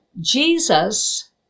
Jesus